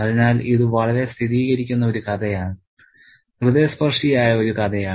അതിനാൽ ഇത് വളരെ സ്ഥിരീകരിക്കുന്ന ഒരു കഥയാണ് ഹൃദയസ്പർശിയായ ഒരു കഥയാണ്